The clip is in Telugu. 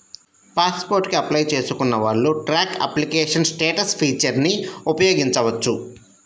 పాస్ పోర్ట్ కి అప్లై చేసుకున్న వాళ్ళు ట్రాక్ అప్లికేషన్ స్టేటస్ ఫీచర్ని ఉపయోగించవచ్చు